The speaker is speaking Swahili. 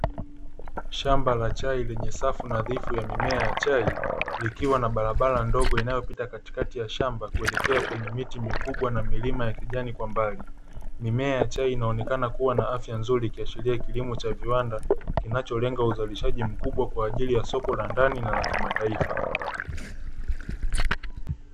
Shamba la chai lenye safu nadhifu ya mimea ya chai, likiwa na barabara ndogo inayopita katikati ya shamba kuelekea kwenye miti mikubwa na milima ya kijani kwa mbali. Mimea ya chai inaonekana kuwa na afya nzuri, ikiashiria kilimo cha viwanda kinacholenga uzalishaji mkubwa kwa ajili ya soko la ndani na la kimataifa.